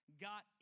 got